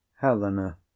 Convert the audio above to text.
helena